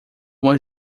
uma